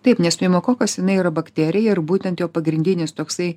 taip nes pneumokokas jinai yra bakterija ir būtent jo pagrindinis toksai